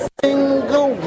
single